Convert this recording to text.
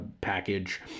package